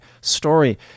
story